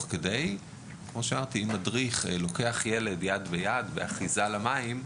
אם מדריך לוקח ילד למים,